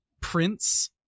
prince